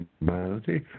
humanity